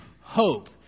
hope